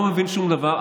לא מבין שום דבר.